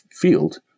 field